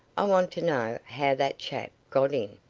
i want to know how that chap got in.